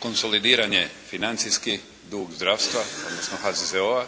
konsolidiran je financijski duh zdravstva, odnosno HZZO-a,